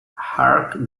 hark